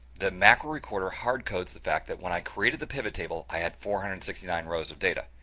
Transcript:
the macro recorder hard codes the fact that when i created the pivot table, i had four hundred and sixty nine rows of data,